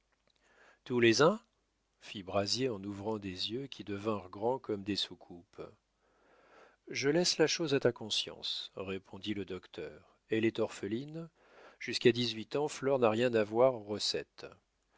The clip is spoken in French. tous les eins fit brazier en ouvrant les yeux qui devinrent grands comme des soucoupes je laisse la chose à ta conscience répondit le docteur elle est orpheline jusqu'à dix-huit ans flore n'a rien à voir aux recettes